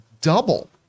double